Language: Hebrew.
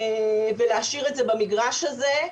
ולהשאיר את זה במגרש הזה,